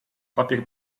papier